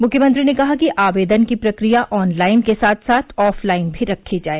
मुख्यमंत्री ने कहा कि आवेदन की प्रक्रिया ऑनलाइन के साथ साथ ऑफलाइन भी रखी जाए